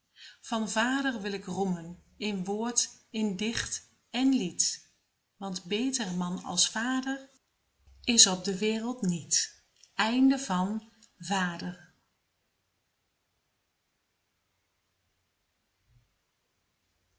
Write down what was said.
van vader wil ik roemen in woord in dicht en lied want beter man als vader is op de wereld niet